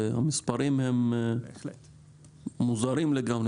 המספרים הם מוזרים לגמרי.